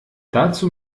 dazu